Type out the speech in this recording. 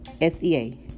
S-E-A